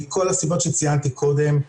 מכל הסיבות שציינתי קודם,